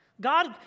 God